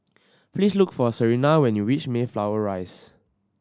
please look for Serina when you reach Mayflower Rise